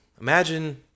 Imagine